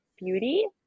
beauty